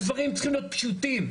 הדברים צריכים להיות פשוטים.